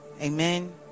Amen